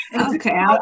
okay